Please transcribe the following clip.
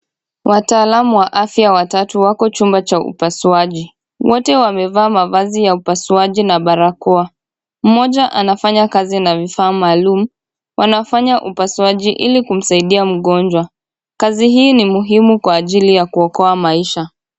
Wataalamu watatu wako katika chumba cha upasuaji. Wote wamevaa mavazi ya upasuaji na barakoa. Mmoja anafanya kazi na vifaa maalum, anafanya upasuaji ili kuokoa mgonjwa. Kazi hii ni muhimunilikuokoa maisha.